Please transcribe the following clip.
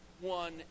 one